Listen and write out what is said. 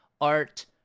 art